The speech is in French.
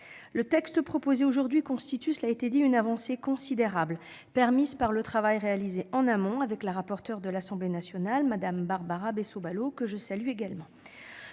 Le texte proposé aujourd'hui constitue une avancée considérable, permise par le travail réalisé en amont avec la rapporteure de l'Assemblée nationale, Mme Barbara Bessot Ballot, que je salue également.